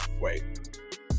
wait